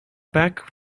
back